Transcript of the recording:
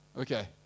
Okay